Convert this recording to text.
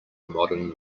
modern